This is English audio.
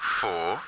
four